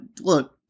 look